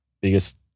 biggest